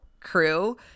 crew